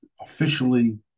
officially